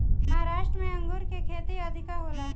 महाराष्ट्र में अंगूर के खेती अधिका होला